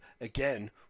again